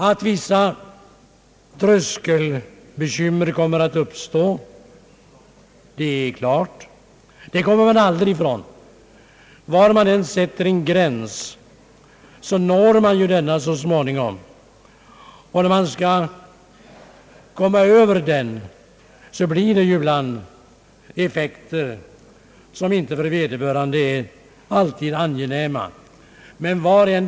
Att vissa tröskelbekymmer kommer att uppstå är klart. Sådant kommer man aldrig ifrån. Var man än sätter en gräns, når man ju den så småningom. När man kommer över gränsen, blir det ibland effekter som inte alltid är så angenäma för vederbörande.